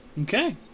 Okay